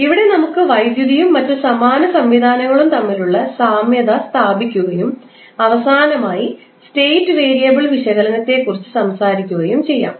ഇവിടെ നമുക്ക് വൈദ്യുതിയും മറ്റ് സമാന സംവിധാനങ്ങളും തമ്മിലുള്ള സാമ്യത സ്ഥാപിക്കുകയും അവസാനമായി സ്റ്റേറ്റ് വേരിയബിൾ വിശകലനത്തെകുറിച്ച് സംസാരിക്കുകയും ചെയ്യാം